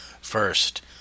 first